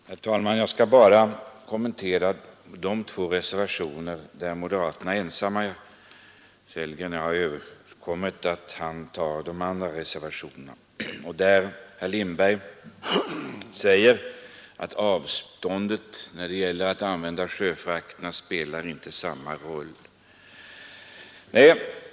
Herr talman! Jag skall bara kommentera de två reservationer där moderaterna ensamma står som reservanter. Herr Sellgren och jag har kommit överens om att han tar de andra reservationerna. Herr Lindberg säger att avståndet när det gäller att använda sjöfrakter inte spelar samma roll som med annan transport.